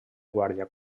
guàrdia